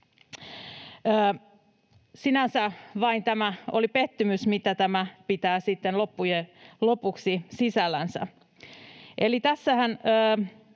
Sinänsä vain tämä oli pettymys, mitä tämä pitää sitten